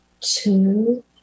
two